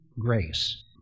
grace